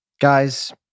Guys